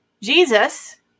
jesus